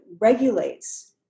regulates